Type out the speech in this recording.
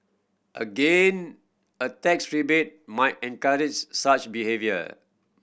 again a tax rebate might encourage such behaviour